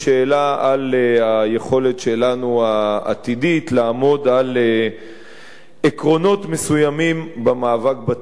על היכולת שלנו העתידית לעמוד על עקרונות מסוימים במאבק בטרור.